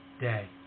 day